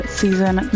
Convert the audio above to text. season